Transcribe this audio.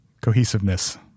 cohesiveness